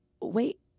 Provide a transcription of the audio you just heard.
wait